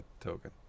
token